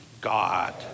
God